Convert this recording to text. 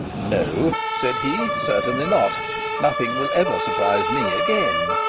no, said he, certainly not nothing will ever surprise me again